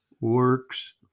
works